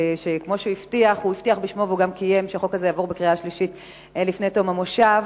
שכמו שהוא הבטיח שהחוק הזה יעבור בקריאה שלישית לפני תום המושב,